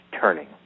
turning